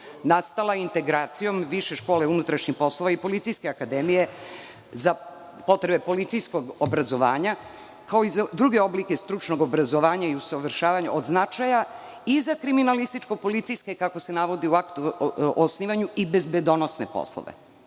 nastala integracijom Više škole unutrašnjih poslova i Policijske akademije za potrebe policijskog obrazovanja, kao i za druge oblike stručnog obrazovanja i usavršavanja od značaja i za kriminalističko-policijske, kako se navodi u aktu o osnivanju, i bezbednosne poslove.